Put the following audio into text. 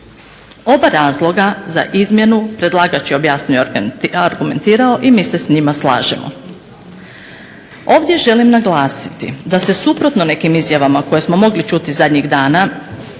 Oba razloga za izmjenu predlagač je objasnio i argumentirao i mi se s njima slažemo. Ovdje želim naglasiti da se suprotno nekim izjavama koje smo mogli čuti zadnjih dana